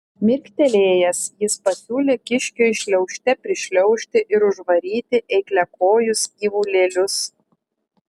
mirktelėjęs jis pasiūlė kiškiui šliaužte prišliaužti ir užvaryti eikliakojus gyvulėlius